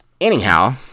Anyhow